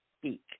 speak